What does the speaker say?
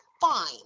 fine